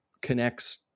connects